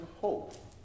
hope